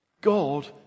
God